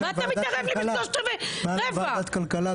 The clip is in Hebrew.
גם ב-2015, בכנסת ה-20 לדעתי,